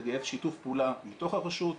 לגייס שיתוף פעולה מתוך הרשות,